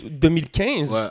2015